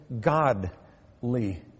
godly